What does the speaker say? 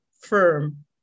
firm